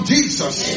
Jesus